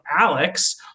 Alex